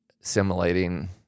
simulating